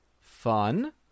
Fun